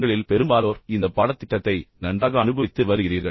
உங்களில் பெரும்பாலோர் இந்த பாடத்திட்டத்தை மிகவும் நன்றாக அனுபவித்து வருகிறீர்கள்